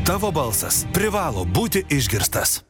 tavo balsas privalo būti išgirstas